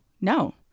No